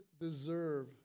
deserve